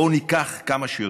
בואו ניקח כמה שיותר,